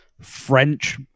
French